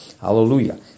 Hallelujah